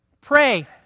Pray